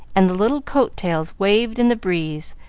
and the little coat-tails waved in the breeze,